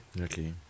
okay